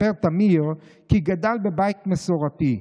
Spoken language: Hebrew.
מספר תמיר כי גדל בבית מסורתי.